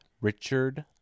Richard